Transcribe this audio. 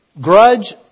Grudge